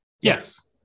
Yes